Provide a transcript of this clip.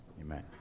Amen